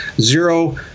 Zero